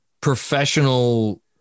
professional